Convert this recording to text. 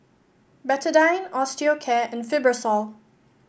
Betadine Osteocare and Fibrosol